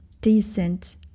decent